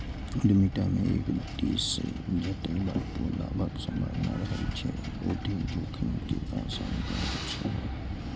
उद्यमिता मे एक दिस जतय भरपूर लाभक संभावना रहै छै, ओतहि जोखिम के आशंका सेहो